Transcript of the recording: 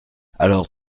alors